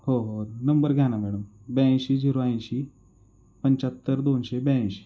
हो हो नंबर घ्या ना मॅडम ब्याऐंशी झिरो ऐंशी पंच्याहत्तर दोनशे ब्याऐंशी